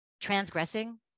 transgressing